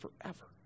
forever